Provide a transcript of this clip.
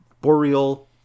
boreal